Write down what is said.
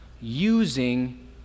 using